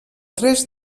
tres